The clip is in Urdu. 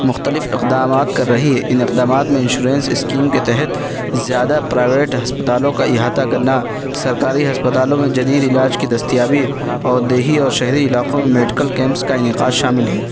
مختلف اقدامات کر رہی ہے ان اقدامات میں انشیورنس اسکیم کے تحت زیادہ پرائیویٹ ہسپتالوں کا احاطہ کرنا سرکاری ہسپتالوں میں جدید علاج کی دستیابی اور دیہی اور شہری علاقوں میں میڈیکل کیمپس کا انعقاد شامل ہے